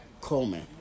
Coleman